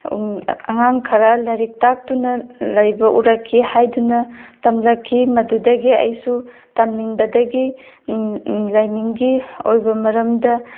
ꯑꯉꯥꯡ ꯈꯔ ꯂꯥꯏꯔꯤꯛ ꯇꯥꯛꯇꯨꯅ ꯂꯩꯕ ꯎꯔꯛꯈꯤ ꯍꯥꯏꯗꯨꯅ ꯇꯝꯂꯛꯈꯤ ꯃꯗꯨꯗꯒꯤ ꯑꯩꯁꯨ ꯇꯝꯅꯤꯡꯕꯗꯒꯤ ꯂꯥꯏꯅꯤꯡꯒꯤ ꯑꯣꯏꯕ ꯃꯔꯝꯗ